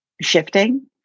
shifting